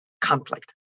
conflict